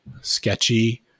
sketchy